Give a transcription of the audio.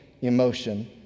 emotion